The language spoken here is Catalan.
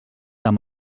amb